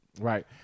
Right